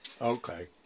Okay